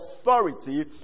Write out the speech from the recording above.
authority